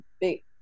big